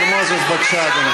אפשר לעבור לשאלה הבאה.